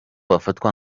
bafatwa